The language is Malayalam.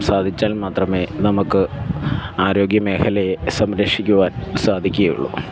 സാധിച്ചാൽ മാത്രമേ നമുക്ക് ആരോഗ്യമേഖലയെ സംരക്ഷിക്കുവാൻ സാധിക്കുകയുള്ളു